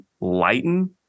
lighten